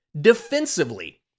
Defensively